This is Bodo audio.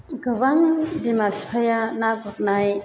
गोबां बिमा बिफाया ना गुरनाय